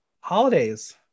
Holidays